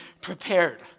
prepared